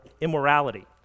immorality